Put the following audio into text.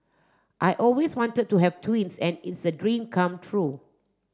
I always wanted to have twins and it's a dream come true